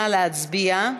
נא להצביע.